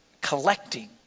collecting